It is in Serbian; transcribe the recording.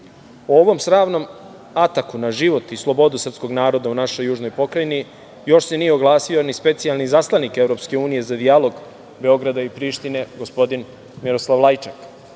O ovom sramnom ataku na život i slobodu srpskog naroda u našoj južnoj pokrajini još se nije oglasio ni specijalni izaslanik EU za dijalog Beograda i Prištine gospodin Miroslav Lajčak.